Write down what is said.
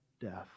death